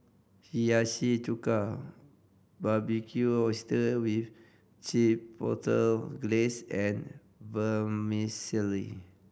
Hiyashi Chuka Barbecued Oyster with Chipotle Glaze and Vermicelli